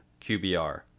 QBR